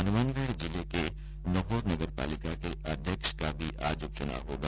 हनुमानगढ जिले के नोहर नगर पालिका के अध्यक्ष पद का भी आज उप चुनाव होगा